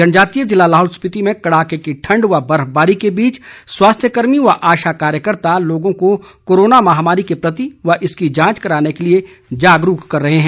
जनजातीय जिला लाहौल स्पीति में कड़ाके की ठंड व बर्फबारी के बीच स्वास्थ्य कर्मी व आशा कार्यकर्ता लोगों को कोरोना महामारी के प्रति जागरूक व इसकी जांच कराने के लिए जागरूक कर रहे हैं